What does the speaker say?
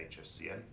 HSCN